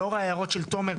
לאור ההערות של תומר,